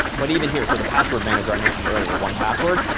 but even here for the password manager i mentioned earlier, one password,